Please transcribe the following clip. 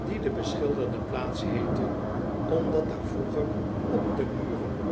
die de beschilderde plaats heette omdat daar vroeger op de muren